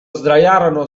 sdraiarono